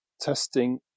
testing